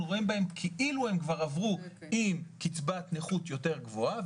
אנחנו רואים בהם כאילו הם כבר עברו עם קצבת נכות יותר גבוהה,